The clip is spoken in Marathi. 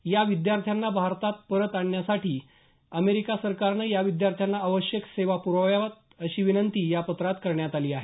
या विद्यार्थांना भारतात परत आणण्यासाठी अमेरिका सरकारनं या विद्यार्थांना आवश्यक सेवा प्रवाव्यात अशी विनंती या पत्रात करण्यात आली आहे